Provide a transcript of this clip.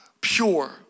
pure